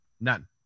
none